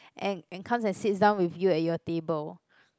and and comes at sits down with you at your table